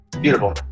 Beautiful